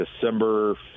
December